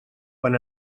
quan